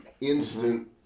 instant